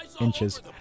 inches